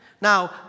Now